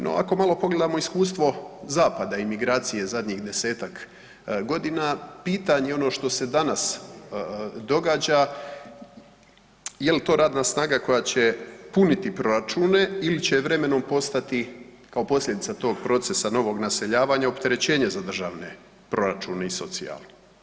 No ako malo pogledamo iskustvo zapada i migracije zadnjih desetak godina pitanje ono što se danas događa jel to radna snaga koja će puniti proračune ili će vremenom postati kao posljedica tog procesa novog naseljavanja opterećenje za državne proračune i socijalu?